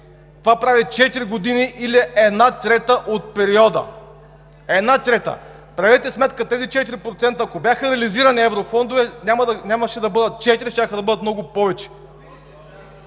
Това прави четири години или една трета от периода, една трета! Правете сметка – тези 4%, ако бяха реализирани еврофондове, нямаше да бъдат 4, щяха да бъдат много повече.